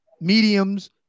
mediums